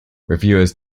reviewers